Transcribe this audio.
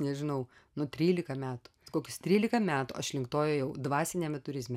nežinau nu trylika metų kokius trylika metų aš link to ėjau dvasiniame turizme